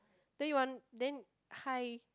then you want then hi